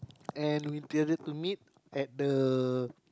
and we intended to meet at the